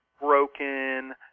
broken